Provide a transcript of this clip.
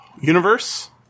universe